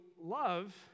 love